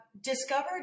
discovered